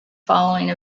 following